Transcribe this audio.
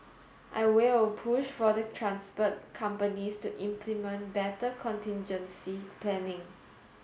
I will push for the transport companies to implement better contingency planning